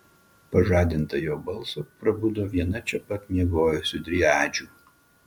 pažadinta jo balso prabudo viena čia pat miegojusių driadžių